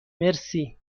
مرسی